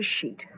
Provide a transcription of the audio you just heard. sheet